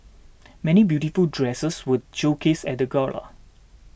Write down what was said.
many beautiful dresses were showcased at the gala